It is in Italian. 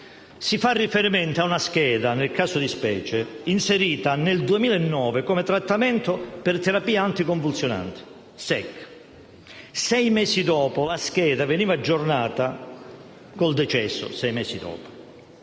Si fa riferimento ad una scheda, nel caso di specie, inserita nel 2009 come trattamento per terapia anticonvulsivante. Sei mesi dopo la scheda veniva aggiornata con il decesso,